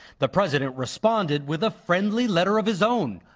the president responded with a friendly letter of his own.